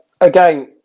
again